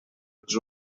els